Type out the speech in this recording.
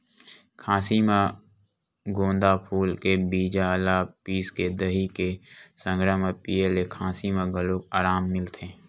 खाँसी म गोंदा फूल के बीजा ल पिसके दही के संघरा म पिए ले खाँसी म घलो अराम मिलथे